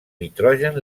nitrogen